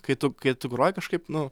kai tu kai tu groji kažkaip nu